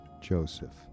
Joseph